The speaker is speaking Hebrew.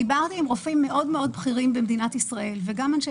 דיברתי עם רופאים בכירים מאוד במדינת ישראל ועם אנשי